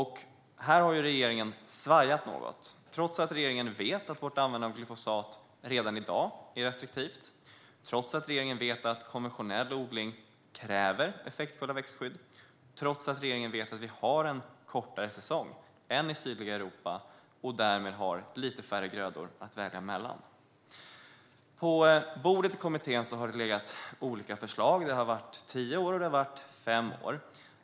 Här har regeringen svajat något, trots att regeringen vet att vår användning av glyfosat redan i dag är restriktiv, trots att regeringen vet att konventionell odling kräver effektfulla växtskydd och trots att regeringen vet att vi har en kortare säsong än i Sydeuropa och därmed har lite färre grödor att välja mellan. På bordet i kommittén har det legat olika förslag: Det har varit tio år, och det har varit fem år.